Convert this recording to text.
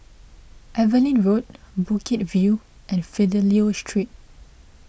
Evelyn Road Bukit View and Fidelio Street